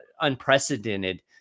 unprecedented